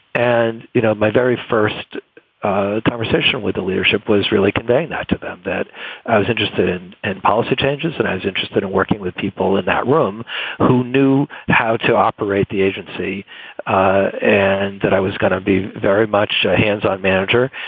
and, you know, my very first conversation with the leadership was really convey to them that i was interested in and policy changes. and i was interested in working with people in that room who knew how to operate the agency ah and that i was going to be very much a hands on manager.